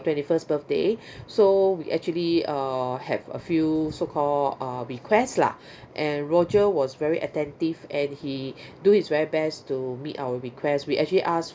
twenty first birthday so we actually uh have a few so call uh request lah and roger was very attentive and he do his very best to meet our request we actually ask